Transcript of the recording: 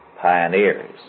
pioneers